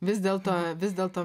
vis dėl to vis dėl to